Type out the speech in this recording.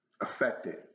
affected